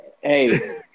Hey